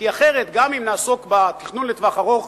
כי אחרת גם אם נעסוק בתכנון לטווח ארוך,